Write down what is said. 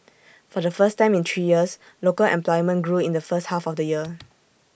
for the first time in three years local employment grew in the first half of the year